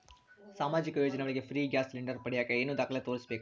ಸಾಮಾಜಿಕ ಯೋಜನೆ ಒಳಗ ಫ್ರೇ ಗ್ಯಾಸ್ ಸಿಲಿಂಡರ್ ಪಡಿಯಾಕ ಏನು ದಾಖಲೆ ತೋರಿಸ್ಬೇಕು?